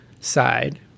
side